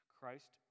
Christ